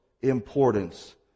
importance